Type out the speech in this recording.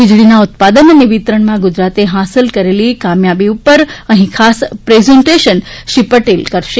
વીજળીના ઉત્પાદન અને વિતરણમાં ગુજરાતે હાંસલ કરેલી કામયાબી ઊપર અહીં ખાસ પ્રેઝન્ટેશન શ્રી પટેલ કરવાના છે